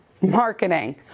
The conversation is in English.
marketing